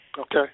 Okay